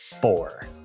Four